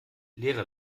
leere